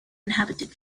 inhabited